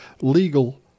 legal